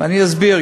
אני גם אסביר.